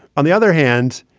on the other hand.